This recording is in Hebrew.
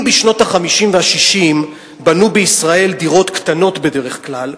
אם בשנות ה-50 וה-60 בנו בישראל דירות קטנות בדרך כלל,